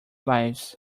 lives